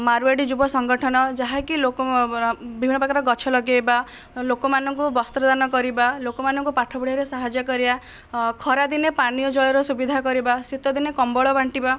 ମାରୱାଡ଼ି ଯୁବ ସଂଗଠନ ଯାହାକି ଲୋକ ବିଭିନ୍ନ ପ୍ରକାର ଗଛ ଲଗେଇବା ଲୋକମାନଙ୍କୁ ବସ୍ତ୍ରଦାନ କରିବା ଲୋକମାନଙ୍କୁ ପାଠ ପଢ଼ାଇବାରେ ସାହାଯ୍ୟ କରିବା ଖରାଦିନେ ପାନୀୟ ଜଳର ସୁବିଧା କରେଇବା ଶୀତଦିନେ କମ୍ବଳ ବାଣ୍ଟିବା